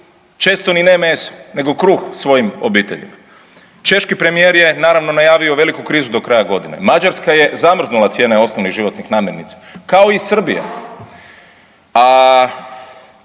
Često ni ne meso, nego kruh svojim obiteljima. Češki premijer je naravno najavio veliku krizu do kraja godine. Mađarska je zamrznula cijene osnovnih životnih namirnica kao i Srbija,